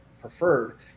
preferred